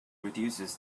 reduces